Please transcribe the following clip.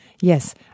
yes